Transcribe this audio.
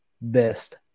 best